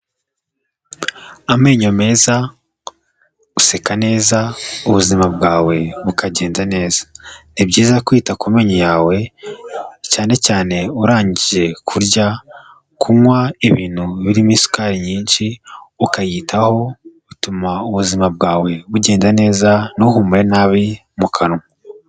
Amenyo meza, guseka neza ubuzima bwawe bukagenda neza. Ni byiza kwita ku menyo yawe cyane cyane urangije kurya, kunywa ibintu birimo isukari nyinshi, ukayitaho utuma ubuzima bwawe bugenda neza ntuhumure nabi mu kanwa.